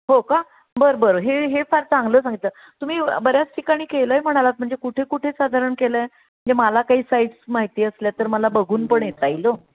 हो का बरं बरं हे हे फार चांगलं सांगितलं तुम्ही बऱ्याच ठिकाणी केलं आहे म्हणालात म्हणजे कुठे कुठे साधारण केलं आहे म्हणजे मला काही साईट्स माहिती असल्या तर मला बघून पण येता येईल अहो